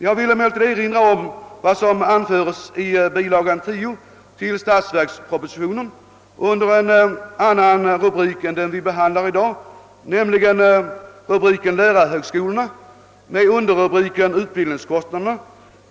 Jag vill emellertid erinra om vad som anförs i bilaga 10 till statsverkspropositionen under en annan rubrik än den vi behandlar i dag, nämligen rubriken Lärarhögskolorna med underrubriken Utbildningskostnader.